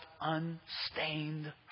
unstained